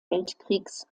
weltkriegs